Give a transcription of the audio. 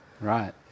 right